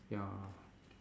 ya